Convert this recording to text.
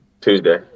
Tuesday